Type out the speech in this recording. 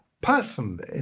personally